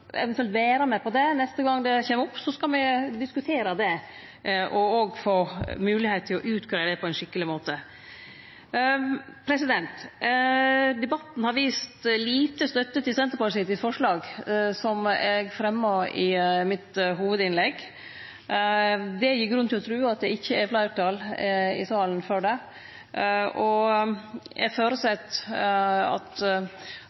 eventuelt vere med på det neste gong det kjem opp, så skal me diskutere det og òg få moglegheit til å utgreie det på ein skikkeleg måte. Debatten har vist lita støtte til Senterpartiets forslag som eg fremja i hovudinnlegget mitt. Det gir grunn til å tru at det ikkje er fleirtal for det i salen. Eg føreset at